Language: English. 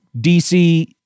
DC